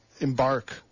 embark